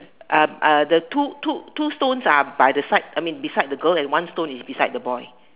the two two two stones are by the side I mean beside the girl and one stone beside the boy